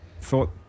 Thought